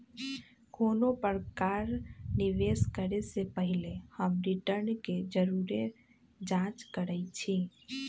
कोनो प्रकारे निवेश करे से पहिले हम रिटर्न के जरुरे जाँच करइछि